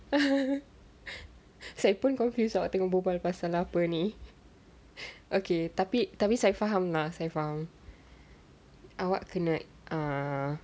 saya pun confused ah tengok bual-bual pasal apa ni okay tapi tapi saya faham lah saya faham awak kena ah